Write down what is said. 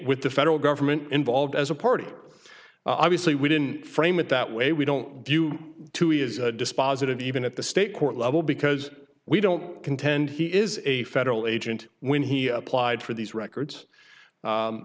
with the federal government involved as a party obviously we didn't frame it that way we don't view to as dispositive even at the state court level because we don't contend he is a federal agent when he applied for these records